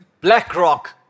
BlackRock